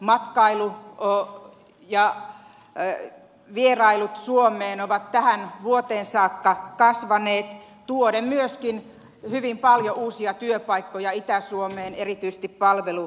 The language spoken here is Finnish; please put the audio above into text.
matkailu ja vierailut suomeen ovat tähän vuoteen saakka kasvaneet tuoden myöskin hyvin paljon uusia työpaikkoja itä suomeen erityisesti palvelualoille